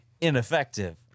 ineffective